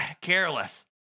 careless